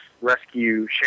rescue